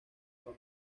son